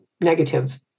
negative